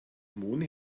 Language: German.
moni